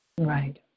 Right